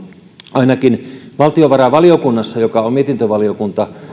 ainakin valtiovarainvaliokunnassa joka on mietintövaliokunta